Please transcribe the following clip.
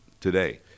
today